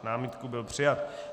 Námitka byla přijata.